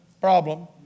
Problem